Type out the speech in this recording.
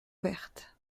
verte